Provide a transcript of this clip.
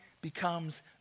becomes